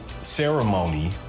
ceremony